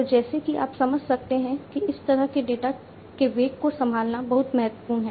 तो जैसा कि आप समझ सकते हैं कि इस तरह के डेटा के वेग को संभालना बहुत महत्वपूर्ण है